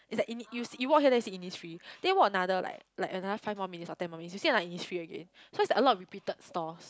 it's like in it you see you walk and then see Innisfree then walk another like like another five more minutes or ten more minutes you see like Innisfree again so it's like a lot of repeated stores